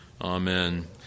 Amen